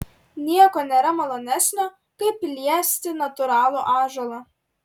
nieko nėra malonesnio kaip liesti natūralų ąžuolą